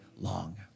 long